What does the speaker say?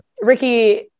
Ricky